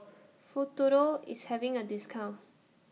Futuro IS having A discount